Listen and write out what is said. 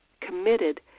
committed